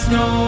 no